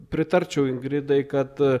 pritarčiau ingridai kad